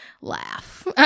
laugh